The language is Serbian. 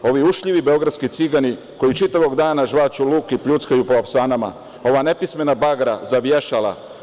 Ovi ušljivi beogradski Cigani, koji čitavog dana žvaću luk i pljuckaju po apsanama, ova nepismena bagra za vješala.